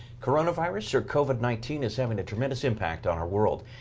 coronavirus, or covid nineteen, is having a tremendous impact on our world.